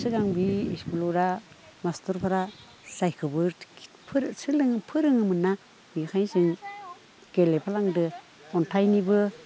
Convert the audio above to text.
सिगां बे स्कुलाव मास्टारफोरा जायखोबो सोलों फोरोंङोमोनना बेखायनो जों गेलेफ्लांदो अन्थाइनिबो